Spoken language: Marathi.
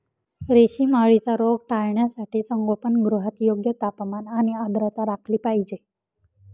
रेशीम अळीचा रोग टाळण्यासाठी संगोपनगृहात योग्य तापमान आणि आर्द्रता राखली पाहिजे